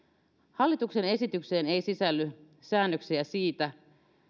hallituksen esitykseen ei sisälly säännöksiä siitä